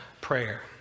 prayer